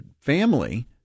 family